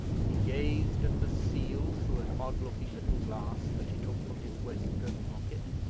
he gazed at the seal through an odd-looking little glass that he took from his waistcoat pocket,